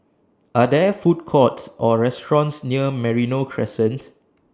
Are There Food Courts Or restaurants near Merino Crescent